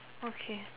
okay